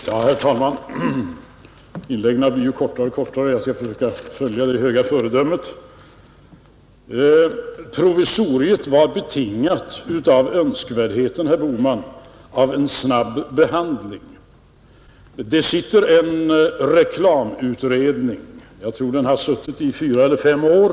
Herr talman! Inläggen blir allt kortare och jag skall försöka följa det föredömet. Provisoriet var betingat av önskvärdheten av en snabb behandling, herr Bohman, Det sitter en reklamutredning — jag tror att den har suttit fyra eller fem år.